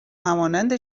همانند